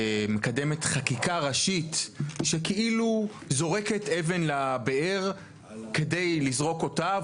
מקדמת חקיקה ראשית שכאילו זורקת אבן לבאר כדי לזרוק אותה,